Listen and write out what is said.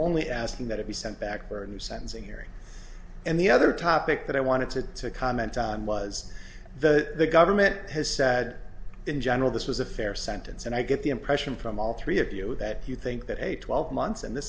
only asking that it be sent back burner sentencing hearing and the other topic that i wanted to comment on was the government has said in general this was a fair sentence and i get the impression from all three of you that you think that a twelve months in this